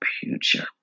future